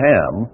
Ham